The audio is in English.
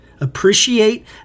Appreciate